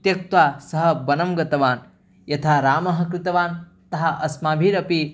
त्यक्त्वा सः वनं गतवान् यथा रामः कृतवान् अतः अस्माभिरपि